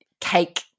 cake